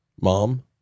mom